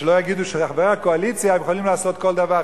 אז שלא יגידו שחברי הקואליציה יכולים לעשות כל דבר.